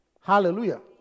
Hallelujah